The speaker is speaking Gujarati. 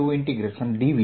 ds